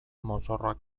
mozorroa